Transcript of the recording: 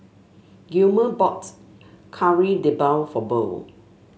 Gilmer brought Kari Debal for Burl